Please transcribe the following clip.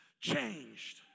changed